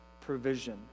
provision